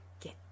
get